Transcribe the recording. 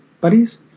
buddies